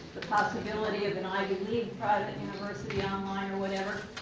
the possibility of an ivy league private university online or whatever.